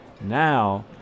now